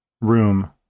room